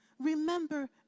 Remember